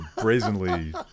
brazenly